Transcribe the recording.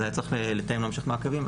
אז היה צריך לתאם המשך מעקבים.